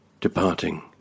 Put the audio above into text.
departing